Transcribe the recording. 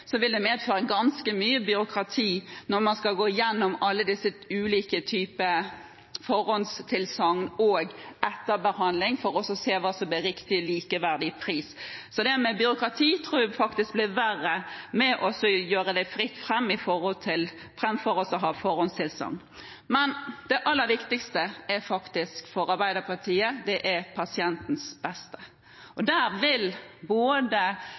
så lite er på plass for alle de typene behandling som kan være mulig, vil det medføre ganske mye byråkrati når man skal gå igjennom alle disse ulike typene forhåndstilsagn og etterbehandling for å se hva som er riktig og likeverdig pris. Så det med byråkrati tror jeg faktisk blir verre når det blir fritt fram, enn hvis det gis forhåndstilsagn. Men det aller viktigste for Arbeiderpartiet er faktisk pasientens beste.